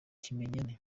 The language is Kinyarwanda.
kimenyane